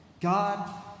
God